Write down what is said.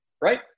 right